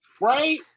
Right